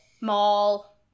mall